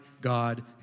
God